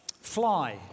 fly